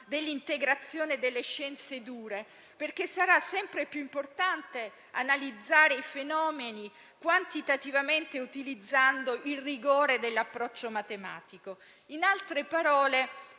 dell'integrazione delle scienze dure, perché sarà sempre più importante analizzare i fenomeni quantitativamente, utilizzando il rigore dell'approccio matematico. In altre parole,